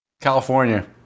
California